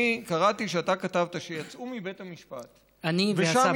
אני קראתי שאתה כתבת שיצאו מבית המשפט, אני והסבא.